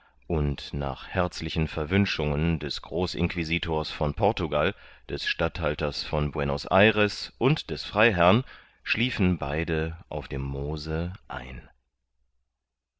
und nach herzlichen verwünschungen des großinquisitors von portugal des statthalters von buenos ayres und des freiherrn schliefen beide auf dem moose ein